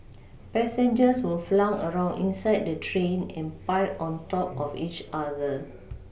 passengers were flung around inside the train and piled on top of each other